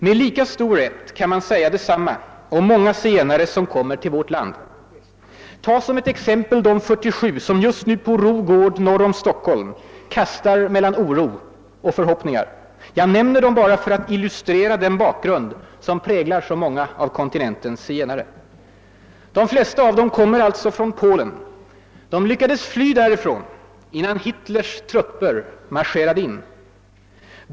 Med lika stor rätt kan man säga detsamma om många zigenare som kommer till vårt land. Tag som exempel de 47 som just nu på Ro gård norr om Stockholm kastas mellan oro och förhoppningar — jag nämner dem bara för att illustrera den bakgrund som präglar så många av kontinentens zigenare. Många av dem kommer alltså från Polen. De lyckades fly därifrån innan Hitlers trupper marscherade in.